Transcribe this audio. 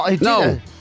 No